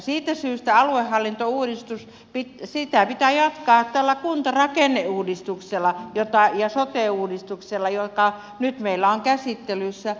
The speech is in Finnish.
siitä syystä aluehallintouudistusta pitää jatkaa tällä kuntarakenneuudistuksella ja sote uudistuksella jotka nyt meillä ovat käsittelyssä